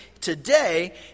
today